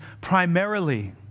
primarily